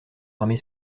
armée